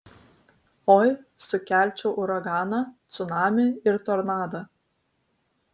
oi sukelčiau uraganą cunamį ir tornadą